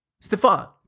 Stefan